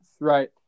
Right